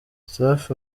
safi